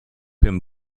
him